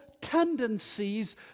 tendencies